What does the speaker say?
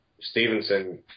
Stevenson